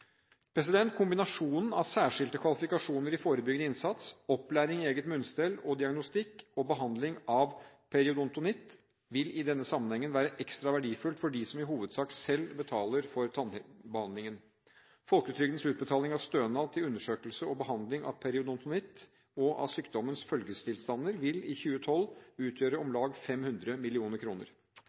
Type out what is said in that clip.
Kombinasjonen av særskilte kvalifikasjoner i forebyggende innsats, opplæring i eget munnstell og diagnostikk og behandling av periodontitt vil i denne sammenheng være ekstra verdifull for dem som i hovedsak selv betaler for tannbehandlingen. Folketrygdens utbetaling av stønad til undersøkelse og behandling av periodontitt og av sykdommens følgetilstander vil i 2012 utgjøre om lag 500